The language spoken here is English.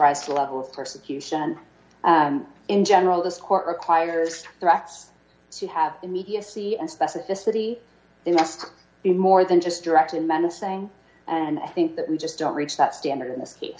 a level of persecution and in general this court requires their acts to have immediacy and specificity they must be more than just direct in menacing and i think that we just don't reach that standard in this case